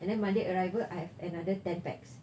and then monday arrival I have another ten pax